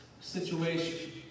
situation